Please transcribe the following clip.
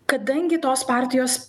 kadangi tos partijos